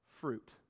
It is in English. fruit